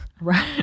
Right